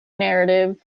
narrative